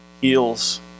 heals